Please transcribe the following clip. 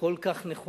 כל כך נכונה: